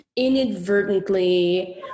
inadvertently